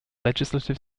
legislative